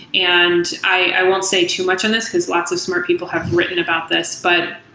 and i won't say too much on this, because lots of smart people have written about this. but,